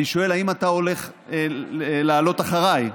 אני שואל האם אתה הולך לעלות אחריי?